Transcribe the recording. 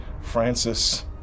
Francis